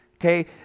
Okay